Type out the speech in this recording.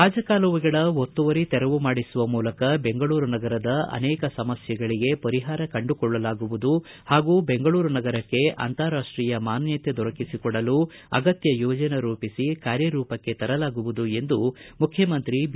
ರಾಜಕಾಲುವೆಗಳ ಒತ್ತುವರಿ ತೆರವು ಮಾಡಿಸುವ ಮೂಲಕ ಬೆಂಗಳೂರು ನಗರದ ಅನೇಕ ಸಮಸ್ಯೆಗಳಿಗೆ ಪರಿಹಾರ ಕಂಡುಕೊಳ್ಳಲಾಗುವುದು ಹಾಗೂ ಬೆಂಗಳೂರು ನಗರಕ್ಕೆ ಅಂತಾರಾಷ್ಟೀಯ ಮಾನ್ಯತೆ ದೊರಕಿಸಿಕೊಡಲು ಅಗತ್ಯ ಯೋಜನೆ ರೂಪಿಸಿ ಕಾರ್ಯರೂಪಕ್ಕೆ ತರಲಾಗುವುದು ಎಂದು ಮುಖ್ಣಮಂತ್ರಿ ಬಿ